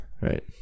right